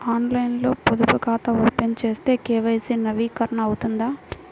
ఆన్లైన్లో పొదుపు ఖాతా ఓపెన్ చేస్తే కే.వై.సి నవీకరణ అవుతుందా?